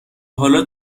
حالا